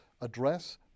address